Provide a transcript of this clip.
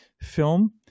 Film